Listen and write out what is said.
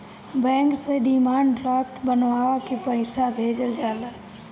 bank से demand draft बनवा के पईसा भेजल जाला